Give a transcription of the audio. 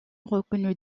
reconnu